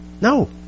No